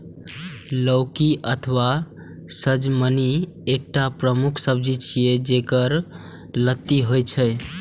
लौकी अथवा सजमनि एकटा प्रमुख सब्जी छियै, जेकर लत्ती होइ छै